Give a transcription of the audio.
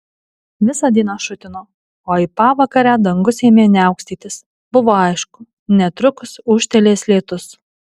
visą dieną šutino o į pavakarę dangus ėmė niaukstytis buvo aišku netrukus ūžtelės lietus